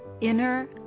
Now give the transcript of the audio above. Inner